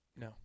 No